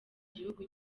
gihugu